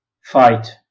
fight